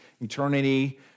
eternity